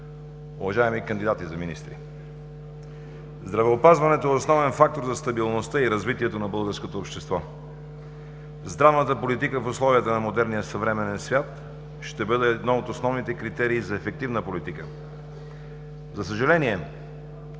уважаеми кандидати за министри! Здравеопазването е основен фактор за стабилността и развитието на българското общество. Здравната политика в условията на модерния съвременен свят ще бъде един от основните критерии за ефективна политика. За съжаление